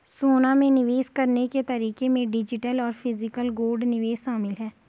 सोना में निवेश करने के तरीके में डिजिटल और फिजिकल गोल्ड निवेश शामिल है